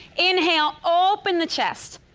inhale. open the chest.